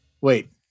Wait